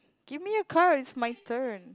give me your card it's my turn